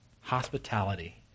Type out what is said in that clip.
hospitality